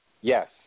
Yes